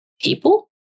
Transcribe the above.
people